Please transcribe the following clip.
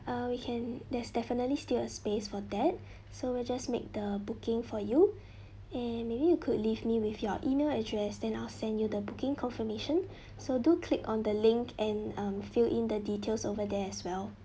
uh we can there's definitely still a space for that so we'll just make the booking for you and maybe you could leave me with your email address then I'll send you the booking confirmation so do click on the link and um fill in the details over there as well